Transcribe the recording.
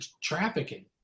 trafficking